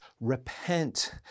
repent